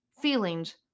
feelings